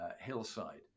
hillside